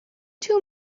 two